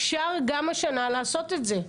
אפשר גם השנה לעשות את זה.